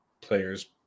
players